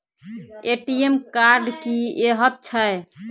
ATM card की हएत छै?